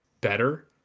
better